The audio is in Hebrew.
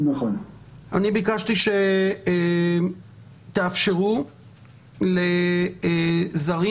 אני ביקשתי שתאפשרו לזרים